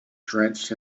drenched